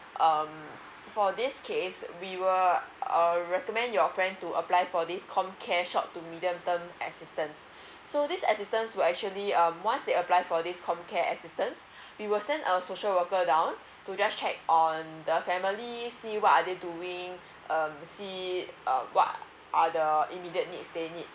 um for this case we were err recommend your friend to apply for this comcare short to medium term assistance so this assistance were actually um once they apply for this comcare assistance we will send our social worker down to just check on the family see what are they doing um see it uh what other immediate need they need